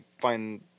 find